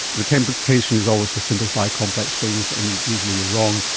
the temptation is always to simplify complex things and usually you're wrong,